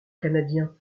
canadien